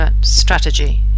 Strategy